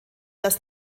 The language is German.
das